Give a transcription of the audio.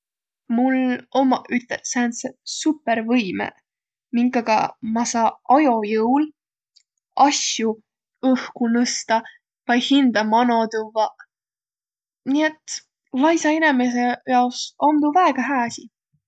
Mul ommaq üteq sääntseq supõrvõimõq, minkaga ma saa ajo jõul asjo õhku nõstaq vai hindä mano tuvvaq. Nii et laisa inemise jaos om tuu väega hää asi.